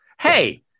Hey